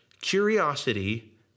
curiosity